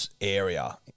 area